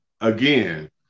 Again